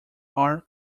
are